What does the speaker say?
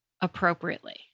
Appropriately